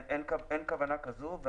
אין כוונה כזו.